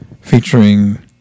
featuring